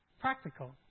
practical